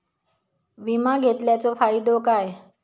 विमा घेतल्याचो फाईदो काय?